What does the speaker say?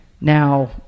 now